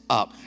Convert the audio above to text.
up